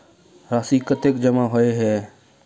राशि कतेक जमा होय है?